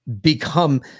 become